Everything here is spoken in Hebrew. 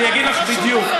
אני אגיד לך בדיוק.